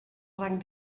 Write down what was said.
rang